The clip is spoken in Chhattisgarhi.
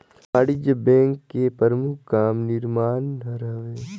वाणिज्य बेंक के परमुख काम निरमान हर हवे